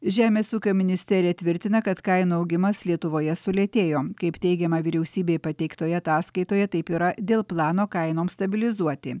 žemės ūkio ministerija tvirtina kad kainų augimas lietuvoje sulėtėjo kaip teigiama vyriausybei pateiktoje ataskaitoje taip yra dėl plano kainoms stabilizuoti